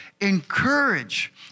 encourage